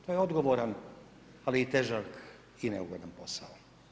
To je odgovoran, ali i težak i neugodan posao.